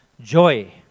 joy